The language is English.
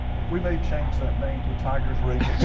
we might change that name to tigers reading